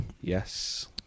Yes